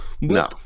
no